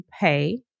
pay